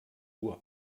uhr